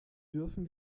dürfen